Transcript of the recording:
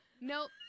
nope